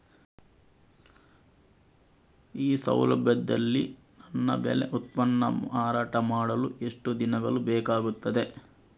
ಈ ಸೌಲಭ್ಯದಲ್ಲಿ ನನ್ನ ಬೆಳೆ ಉತ್ಪನ್ನ ಮಾರಾಟ ಮಾಡಲು ಎಷ್ಟು ದಿನಗಳು ಬೇಕಾಗುತ್ತದೆ?